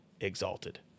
exalted